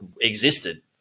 existed